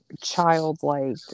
childlike